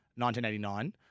1989